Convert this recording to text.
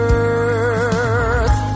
earth